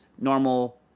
normal